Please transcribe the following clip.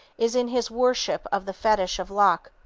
is in his worship of the fetich of luck.